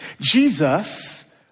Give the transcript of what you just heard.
Jesus